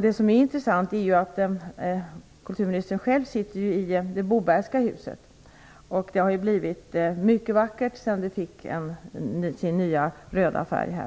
Det är intressant att kultuministern själv sitter i det Bobergska huset. Det har blivit mycket vackert sedan det fick sin nya röda färg.